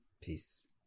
peace